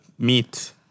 Meat